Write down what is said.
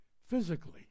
physically